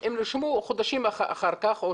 הם נרשמו חודשים אחר כך.